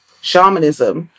Shamanism